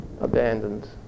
abandoned